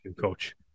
coach